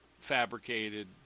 fabricated